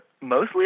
mostly